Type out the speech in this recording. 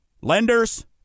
Lenders